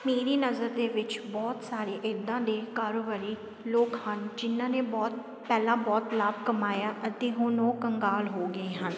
ਮੇਰੀ ਨਜ਼ਰ ਦੇ ਵਿੱਚ ਬਹੁਤ ਸਾਰੇ ਇੱਦਾਂ ਦੇ ਕਾਰੋਬਾਰੀ ਲੋਕ ਹਨ ਜਿਹਨਾਂ ਨੇ ਬਹੁਤ ਪਹਿਲਾਂ ਬਹੁਤ ਲਾਭ ਕਮਾਇਆ ਅਤੇ ਹੁਣ ਉਹ ਕੰਗਾਲ ਹੋ ਗਏ ਹਨ